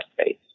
space